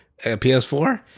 PS4